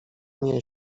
nie